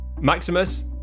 Maximus